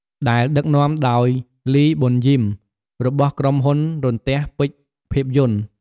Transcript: ដែលដឹកនាំដោយ លី ប៊ុនយីម របស់ក្រុមហ៊ុនរន្ទះពេជ្រភាពយន្ត ។